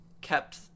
Kept